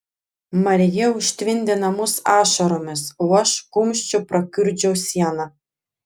marija užtvindė namus ašaromis o aš kumščiu prakiurdžiau sieną